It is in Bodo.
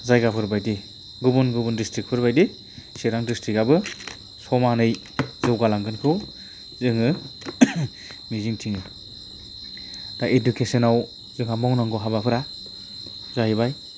जायगाफोर बायदि गुबुन गुबुन डिस्ट्रिक्टफोर बायदि चिरां डिस्ट्रिक्टआबो समानै जौगालांगोनखौ जोङो मिजिं थियो दा एडुकेसनाव जोंहा मावनांगौ हाबाफोरा जाहैबाय